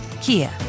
Kia